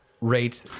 rate